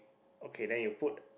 okay then you put